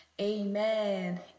Amen